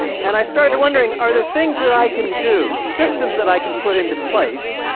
and i started wondering, are there things that i can do, systems that i can put into place,